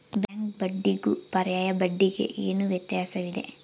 Bank ಬಡ್ಡಿಗೂ ಪರ್ಯಾಯ ಬಡ್ಡಿಗೆ ಏನು ವ್ಯತ್ಯಾಸವಿದೆ?